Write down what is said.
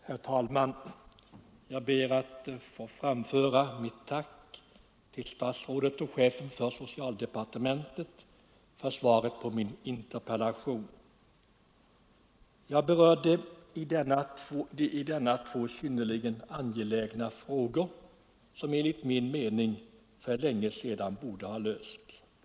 Herr talman! Jag ber att få framföra mitt tack till herr socialministern för svaret på min interpellation. Jag berörde i denna två synnerligen angelägna frågor, som enligt min mening för länge sedan borde ha lösts.